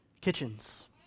Kitchens